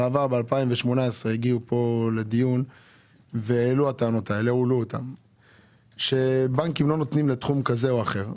אבל ב-2018 הועלו הטענות על כך שבנקים לא נותנים לתחום כזה או אחר.